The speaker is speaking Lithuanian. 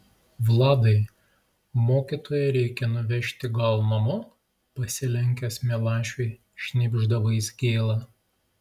vladai mokytoją reikia nuvežti gal namo pasilenkęs milašiui šnibžda vaizgėla